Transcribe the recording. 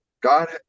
God